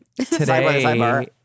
Today